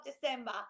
december